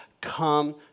come